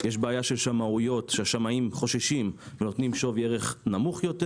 יש בעיה של שמאויות שהשמאים חוששים ונותנים שווי ערך נמוך יותר.